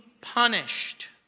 punished